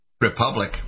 republic